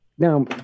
Now